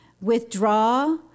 withdraw